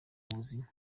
ubuzima